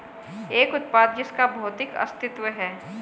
एक उत्पाद जिसका भौतिक अस्तित्व है?